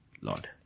Lord